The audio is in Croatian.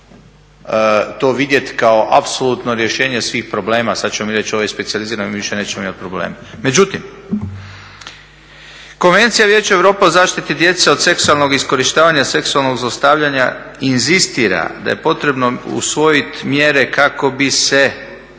to vidjeti kao apsolutno rješenje svih problema, sad ćemo mi reći, ovaj je specijaliziran, više nećemo imati problema. Međutim, Konvencija Vijeća Europa o zaštiti djece od seksualnog iskorištavanja, seksualnog zlostavljanja inzistira da je potrebno usvojiti mjere kako bi se